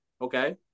okay